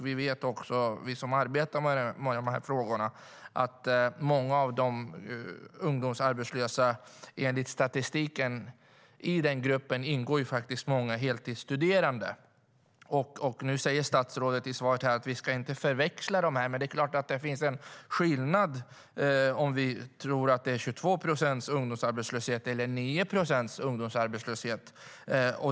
Vi som arbetar med frågorna vet att i gruppen arbetslösa ungdomar ingår många heltidsstuderande. Nu sade statsrådet i sitt svar att vi inte ska förväxla dessa, men det är klart att det är en skillnad om vi tror att ungdomsarbetslösheten är 22 procent eller 9 procent.